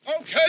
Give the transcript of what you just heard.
Okay